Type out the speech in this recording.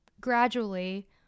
gradually